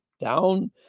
down